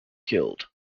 killed